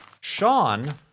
Sean